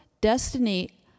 Destiny